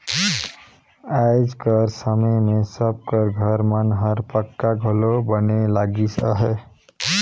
आएज कर समे मे सब कर घर मन हर पक्का घलो बने लगिस अहे